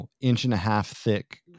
inch-and-a-half-thick